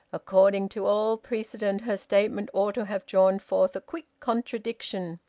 according to all precedent her statement ought to have drawn forth a quick contradiction.